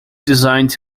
designed